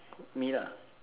quote me lah